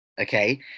okay